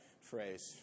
phrase